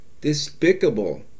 despicable